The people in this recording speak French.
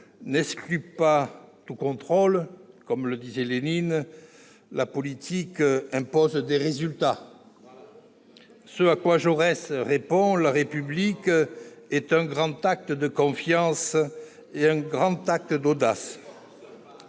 n'exclut pas tout contrôle », comme le disait Lénine, la politique impose des résultats. Ce à quoi Jaurès répond :« La République est un grand acte de confiance et un grand acte d'audace.